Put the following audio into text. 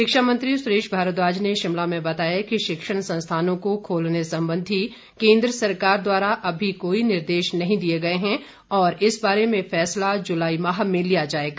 शिक्षा मंत्री सुरेश भारद्वाज शिमला में बताया कि शिक्षण संस्थानों को खोलने संबंधी केन्द्र सरकार द्वारा अभी कोई निर्देश नहीं दिए गए हैं और इस बारे में फैसला जुलाई माह में लिया जाएगा